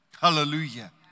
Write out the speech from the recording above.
Hallelujah